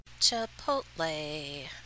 Chipotle